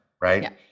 right